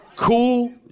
Cool